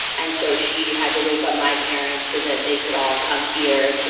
and so she had to wake up my parents so that they could all come here to.